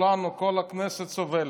כל הכנסת סובלת.